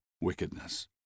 wickedness